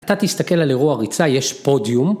אתה תסתכל על אירוע ריצה, יש פודיום.